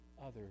others